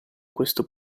questo